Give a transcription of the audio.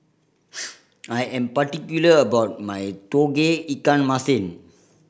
I am particular about my Tauge Ikan Masin